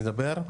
נדבר,